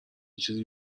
چیزی